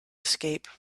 escape